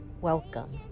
welcome